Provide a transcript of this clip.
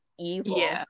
evil